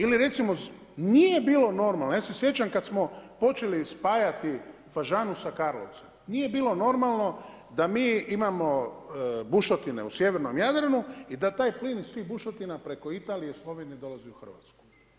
Ili recimo nije bilo normalno, ja se sjećam kada smo počeli spajati Fažanu sa Karlovcem nije bilo normalno da mi imamo bušotine u sjevernom Jadranu i da taj plin iz tih bušotina preko Italije, Slovenije dolazi u Hrvatsku.